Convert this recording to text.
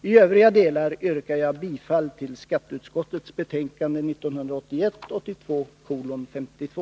I övriga delar yrkar jag bifall till hemställan i skatteutskottets betänkande 1981/82:52.